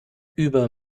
über